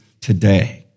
today